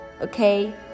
Okay